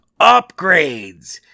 upgrades